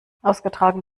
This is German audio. ausgetragen